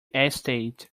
estate